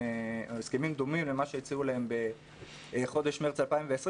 הסכמים דומים למה שהציעו להם בחודש מרץ 2020,